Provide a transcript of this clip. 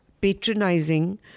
patronizing